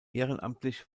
ehrenamtlich